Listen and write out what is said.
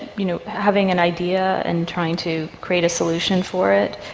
you know having an idea and trying to create a solution for it,